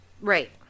Right